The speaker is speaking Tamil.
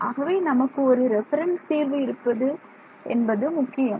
ஆகவே நமக்கு ஒரு ரெஃபரன்ஸ் தீர்வு இருப்பது என்பது முக்கியம்